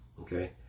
Okay